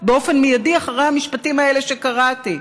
באופן מיידי אחרי המשפטים האלה שקראתי.